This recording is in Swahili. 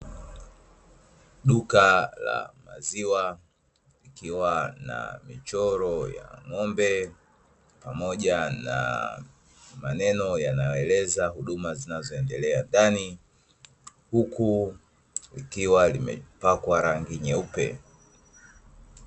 Duka la maziwa likiwa na michoro ya ng'ombe pamoja na maneno yanayoeleza huruma zinazoendelea ndani, huku likiwa limepakwa rangi nyeupe.